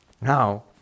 Now